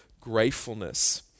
gratefulness